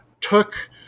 took